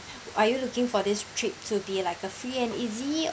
are you looking for this trip to be like a free and easy